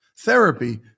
Therapy